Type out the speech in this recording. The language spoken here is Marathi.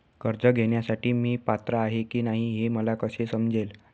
कर्ज घेण्यासाठी मी पात्र आहे की नाही हे मला कसे समजेल?